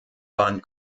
waren